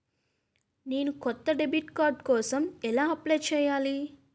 నేను కొత్త debit card కోసం ఎలా అప్లయ్ చేయాలి?